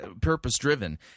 purpose-driven